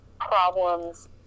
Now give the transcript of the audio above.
problems